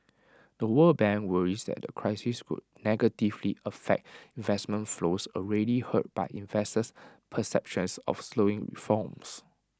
the world bank worries that the crisis could negatively affect investment flows already hurt by investor perceptions of slowing reforms